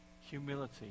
Humility